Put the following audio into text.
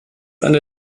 eine